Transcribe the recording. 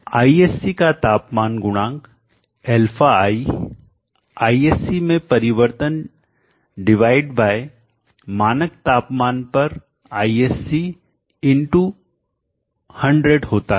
ISC का तापमान गुणांकαi ISC में परिवर्तन डिवाइड बाय मानक तापमान पर ISC100 होता है